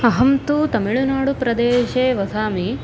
अहं तु तमिळनाडुप्रदेशे वसामि